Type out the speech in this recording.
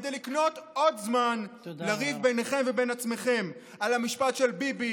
כדי לקנות עוד זמן לריב בינכם ובין עצמכם על המשפט של ביבי,